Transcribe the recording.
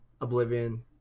Oblivion